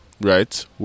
right